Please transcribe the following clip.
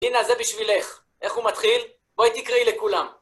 הנה זה בשבילך. איך הוא מתחיל? בואי תקראי לכולם.